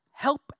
Help